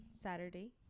Saturday